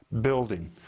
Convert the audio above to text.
building